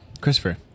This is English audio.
Christopher